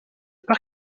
parc